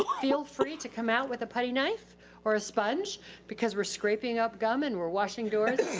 feel free to come out with a putty knife or a sponge because we're scraping up gum and we're washing doors.